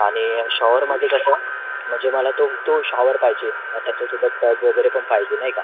आणि शॉवरमध्ये कसं म्हणजे मला तो तो शॉवर पाहिजे त्याच्यासोबत टब वगैरे पण पाहिजे नाही का